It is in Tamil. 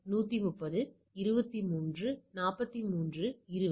130 23 43 20